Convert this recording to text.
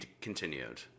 continued